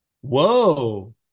Whoa